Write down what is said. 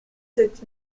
sept